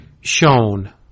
shown